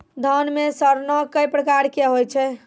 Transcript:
धान म सड़ना कै प्रकार के होय छै?